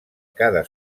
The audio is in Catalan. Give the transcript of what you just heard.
cada